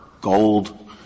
gold